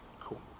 cool